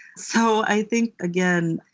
so i think, again,